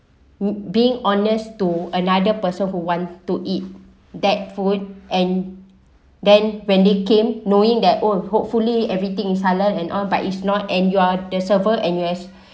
being honest to another person who want to eat that food and then when they came knowing their oh hopefully everything is halal and all but it's not and you're the surfer and you as